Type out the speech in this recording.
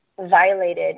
violated